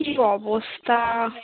কি অবস্থা